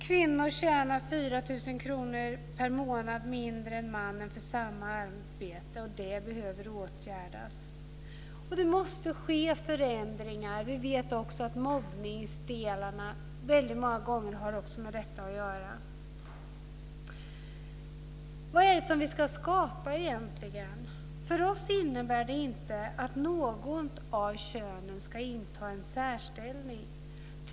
Kvinnor tjänar 4 000 kr mindre per månad än männen för samma arbete, och det behöver åtgärdas. Det måste ske förändringar. Vi vet också att mobbning väldigt ofta har med detta att göra. Vad är det som vi ska skapa egentligen? För oss innebär det inte att något av könen ska inta en särställning.